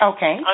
Okay